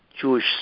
Jewish